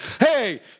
hey